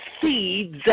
seeds